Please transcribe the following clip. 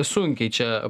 sunkiai čia